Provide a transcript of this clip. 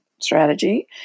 strategy